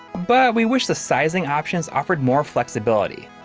but we wish the sizing options offered more flexibility.